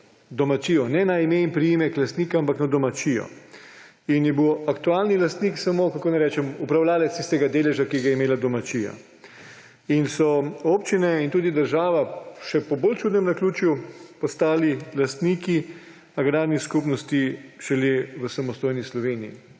domačijo. Ne na ime in priimek lastnika, ampak na domačijo. Aktualni lastnik je bil samo, kako naj rečem, upravljavec tistega deleža, ki ga je imela domačija. Občine in tudi država so še po bolj čudnem naključju postale lastniki agrarnih skupnosti šele v samostojni Sloveniji